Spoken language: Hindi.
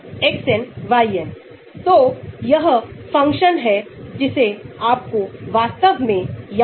यहाँ R2 समूह और फिर यहाँ X है X हो सकता है NH CH2 O CONH2